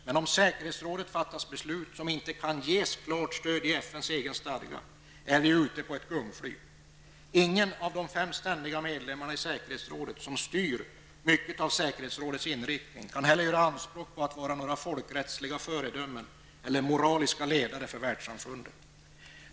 Men om säkerhetsrådet fattar beslut som inte kan ges ett klart stöd i FNs egen stadga är vi ute på ett gungfly. Ingen av de fem ständiga medlemmarna i säkerhetsrådet, som styr mycket av säkerhetsrådets inriktning, kan heller göra anspråk på att vara några folkrättsliga föredömen eller moraliska ledare för världssamfundet.